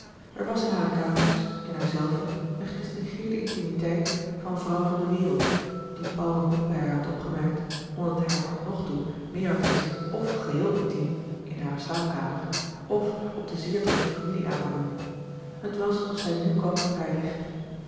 er was in hare kamers in haarzelve een gedistingeerde intimiteit van vrouw van de wereld die paul nog niet bij haar had opgemerkt omdat hij haar tot nog toe meer had gezien f geheel intiem in hare slaapkamer f op de zeer drukke familie avonden het was of zij nu kwam tot haar recht